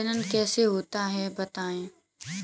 जनन कैसे होता है बताएँ?